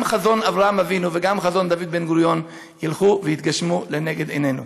גם חזון אברהם אבינו וגם חזון דוד בן-גוריון ילכו ויתגשמו לנגד עינינו.